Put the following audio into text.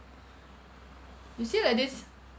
you say like this